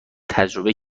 تجربه